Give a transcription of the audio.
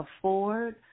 afford